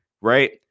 right